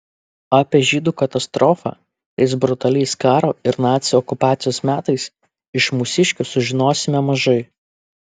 apie žydų katastrofą tais brutaliais karo ir nacių okupacijos metais iš mūsiškių sužinosime mažai